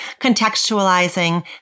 contextualizing